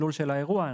התכלול של האירוע הזה.